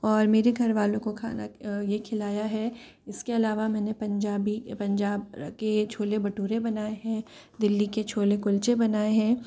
और मेरे घर वालों को खाना ये खिलाया है इसके अलावा मैंने पंजाबी पंजाब के छोले भटूरे बनाए हैं दिल्ली के छोले कुलचे बनाए हैं